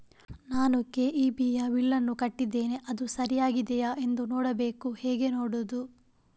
ನಾನು ಕೆ.ಇ.ಬಿ ಯ ಬಿಲ್ಲನ್ನು ಕಟ್ಟಿದ್ದೇನೆ, ಅದು ಸರಿಯಾಗಿದೆಯಾ ಎಂದು ನೋಡಬೇಕು ಹೇಗೆ ನೋಡುವುದು?